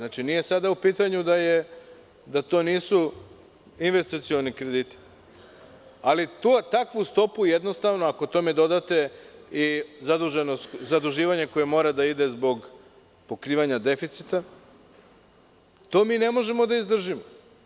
Nije sada u pitanju da to nisu investicioni krediti, ali takvu stopu, jednostavno, ako tome dodate i zaduživanje, koje mora da ide zbog pokrivanja deficita, to mi ne možemo da izdržimo.